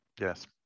yes